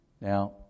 Now